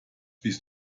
bist